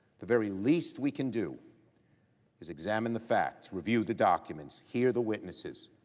the very least we can do is examine the facts, review the documents, here the witnesses,